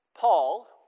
Paul